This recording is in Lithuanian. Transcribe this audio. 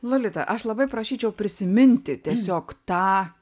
lolita aš labai prašyčiau prisiminti tiesiog tą